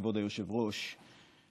כבוד היושב-ראש,